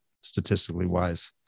statistically-wise